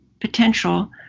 potential